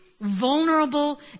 vulnerable